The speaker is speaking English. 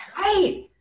right